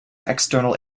external